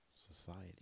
society